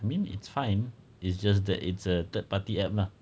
I mean it's fine it's just that it's a third party app lah